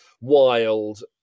wild